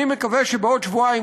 ואני מקווה שבעוד שבועיים,